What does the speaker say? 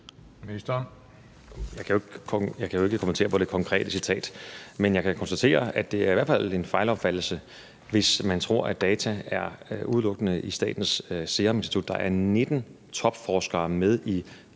Jeg kan jo ikke kommentere på det konkrete citat, men jeg kan konstatere, at det i hvert fald er en fejlopfattelse, hvis man tror, at der udelukkende er data i Statens Serum Institut. Der er 19 topforskere i